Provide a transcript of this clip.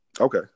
Okay